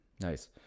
Nice